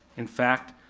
in fact,